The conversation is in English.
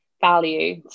value